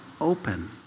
open